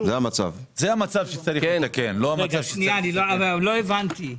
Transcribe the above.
אני לא הבנתי.